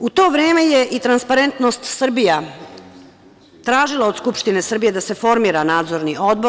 U to vreme je i Transparentnost Srbija tražilo od Skupštine Srbije da se formira Nadzorni odbor.